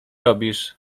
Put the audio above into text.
robisz